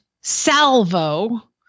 Salvo